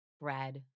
bread